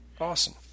Awesome